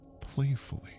playfully